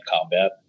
combat